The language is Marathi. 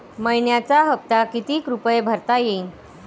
मइन्याचा हप्ता कितीक रुपये भरता येईल?